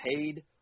paid